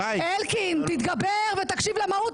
אלקין, תתגבר ותקשיב למהות.